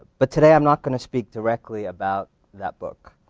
but today, i'm not gonna speak directly about that book.